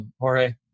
Jorge